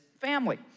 family